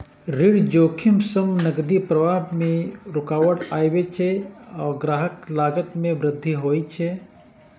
ऋण जोखिम सं नकदी प्रवाह मे रुकावट आबै छै आ संग्रहक लागत मे वृद्धि होइ छै